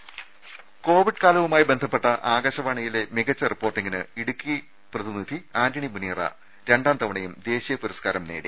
ദരര കോവിഡ് കാലവുമായി ബന്ധപ്പെട്ട് ആകാശവാണിയിലെ മികച്ച റിപ്പോർട്ടിങ്ങിന് ഇടുക്കി പ്രതിനിധി ആന്റണി മുനിയറ രണ്ടാം തവണയും ദേശീയ പുരസ്കാരം നേടി